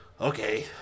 okay